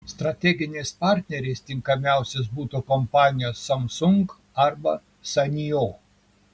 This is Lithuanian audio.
strateginiais partneriais tinkamiausios būtų kompanijos samsung arba sanyo